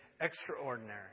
extraordinary